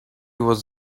was